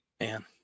Man